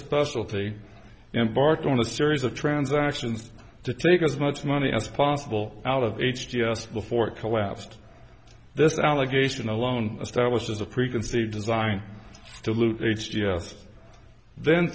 specialty embarked on a series of transactions to take as much money as possible out of h g s before it collapsed this allegation alone establishes a preconceived design dilute h g s then